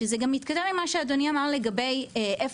שזה גם מתכתב עם מה שאדוני אמר לגבי איפה